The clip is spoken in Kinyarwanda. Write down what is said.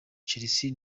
chelsea